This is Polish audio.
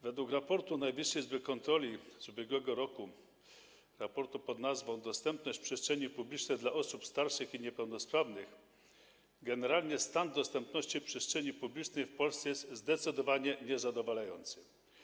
Według raportu Najwyższej Izby Kontroli z ubiegłego roku pn. „Dostępność przestrzeni publicznej dla osób starszych i niepełnosprawnych” generalnie stan dostępności przestrzeni publicznej w Polsce jest zdecydowanie niezadowalający.